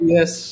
Yes